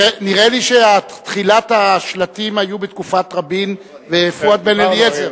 נראה לי שתחילת השלטים היתה בתקופת רבין ופואד בן-אליעזר.